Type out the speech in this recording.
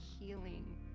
healing